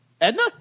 Edna